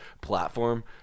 platform